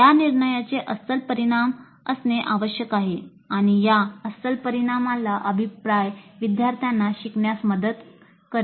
या निर्णयांचे अस्सल परिणाम असणे आवश्यक आहे आणि या अस्सल परिणामाबद्दल अभिप्राय विद्यार्थ्यांना शिकण्यास मदत करेल